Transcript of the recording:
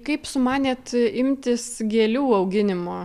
kaip sumanėt imtis gėlių auginimo